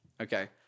okay